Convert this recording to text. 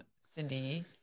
Cindy